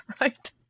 Right